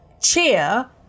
cheer